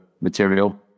material